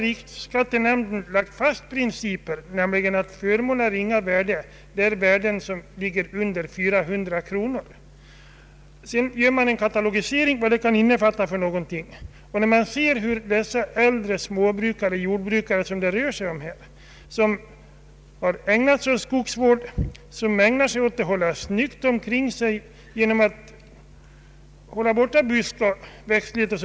Riksskattenämnden har fastställt principen, att en förmån av ringa värde är en sådan förmån som ligger under en summa av 400 kronor. Och så gör man en katalogisering över vad detta kan innefatta. De äldre jordbrukare och småbrukare som det här rör sig om bedriver skogsvård och ägnar sig åt att hålla snyggt omkring sig genom att gallra bort buskar o. d.